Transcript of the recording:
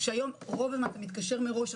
היום אתה מתקשר מראש,